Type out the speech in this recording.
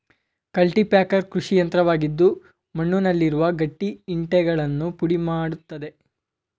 cultipacker ಕೃಷಿಯಂತ್ರವಾಗಿದ್ದು ಮಣ್ಣುನಲ್ಲಿರುವ ಗಟ್ಟಿ ಇಂಟೆಗಳನ್ನು ಪುಡಿ ಮಾಡತ್ತದೆ